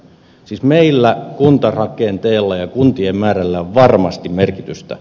siis meillä kuntarakenteella ja kuntien määrällä on varmasti merkitystä